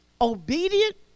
obedient